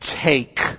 take